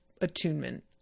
attunement